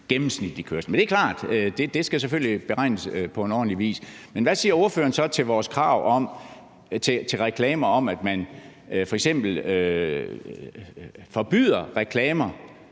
gennemsnitlig kørsel. Men det er klart, at det selvfølgelig skal beregnes på en ordentlig vis. Men hvad siger ordføreren så til vores krav til reklamer, altså at man f.eks. forbyder reklamer